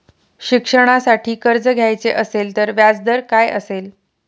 शिक्षणासाठी कर्ज घ्यायचे असेल तर व्याजदर काय असेल?